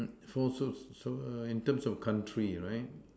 for so so err in terms of country right